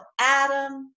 adam